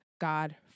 God